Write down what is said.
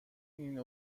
این